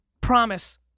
Promise